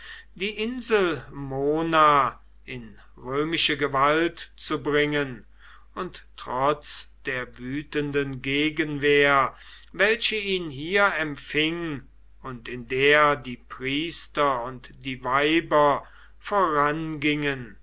die insel mona in römische gewalt zu bringen und trotz der wütenden gegenwehr welche ihn hier empfing und in der die priester und die weiber vorangingen